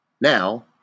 Now